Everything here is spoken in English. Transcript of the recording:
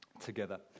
together